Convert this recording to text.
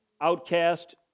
outcast